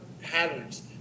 patterns